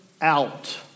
out